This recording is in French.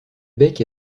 bec